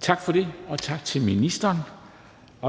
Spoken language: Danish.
Tak for det, og tak til ministeren.